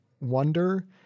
wonder